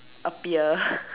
appear